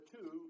two